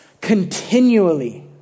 continually